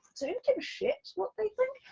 give a shit what they think.